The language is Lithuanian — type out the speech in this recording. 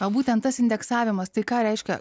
o būtent tas indeksavimas tai ką reiškia